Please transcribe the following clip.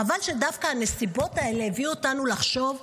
חבל שדווקא הנסיבות האלה הביאו אותנו לחשוב,